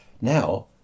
Now